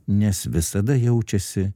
nes visada jaučiasi